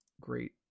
great